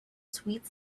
sweet